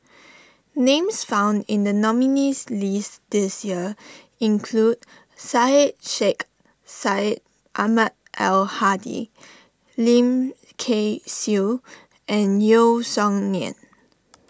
names found in the nominees' list this year include Syed Sheikh Syed Ahmad Al Hadi Lim Kay Siu and Yeo Song Nian